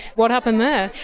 what happened there?